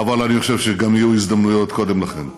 אבל אני חושב שיהיו הזדמנויות גם קודם לכן.